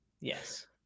Yes